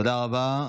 תודה רבה.